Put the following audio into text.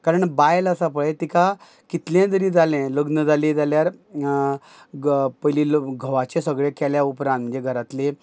कारण बायल आसा पळय तिका कितलें जरी जालें लग्न जाली जाल्यार घ पयली लग घोवाचें सगळें केल्या उपरान म्हणजे घरांतली